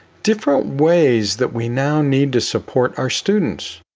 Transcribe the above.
different ways that we now need to support our students.